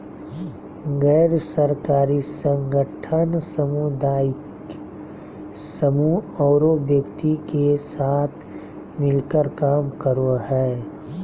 गैर सरकारी संगठन सामुदायिक समूह औरो व्यक्ति के साथ मिलकर काम करो हइ